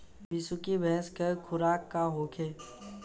बिसुखी भैंस के खुराक का होखे?